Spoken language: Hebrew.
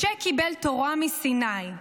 "משה קיבל תורה מסיני".